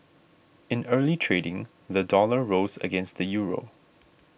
in early trading the dollar rose against the Euro